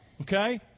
Okay